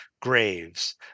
graves